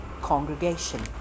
congregation